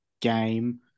game